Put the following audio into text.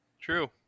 True